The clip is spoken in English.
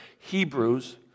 Hebrews